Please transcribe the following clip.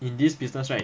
in this business right